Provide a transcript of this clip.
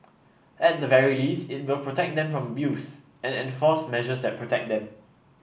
at the very least it will protect them from abuse and enforce measures that protect them